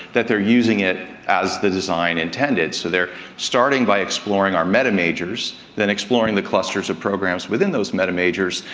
that they're using it as the design intended. so, they're starting by exploring our meta majors, then exploring the clusters of programs within those meta majors,